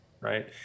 right